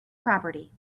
property